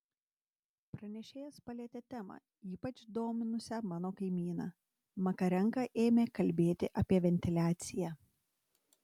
pranešėjas palietė temą ypač dominusią mano kaimyną makarenka ėmė kalbėti apie ventiliaciją